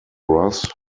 ross